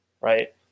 Right